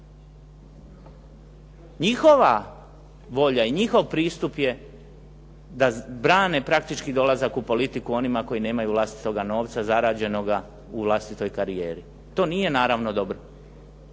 Njihova volja i njihov pristup je da brane praktički dolazak u politiku onima koji nemaju vlastitoga novca zarađenoga u vlastitoj karijeri. To nije naravno dobro.